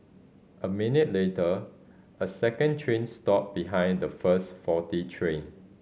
a minute later a second train stopped behind the first faulty train